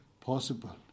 possible